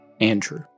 Andrew